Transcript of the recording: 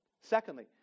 Secondly